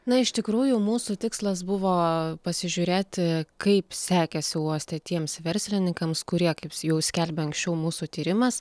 na iš tikrųjų mūsų tikslas buvo pasižiūrėti kaip sekėsi uoste tiems verslininkams kurie kaip jau skelbė anksčiau mūsų tyrimas